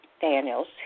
Daniels